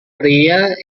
pria